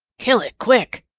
kill it quick!